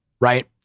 right